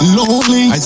lonely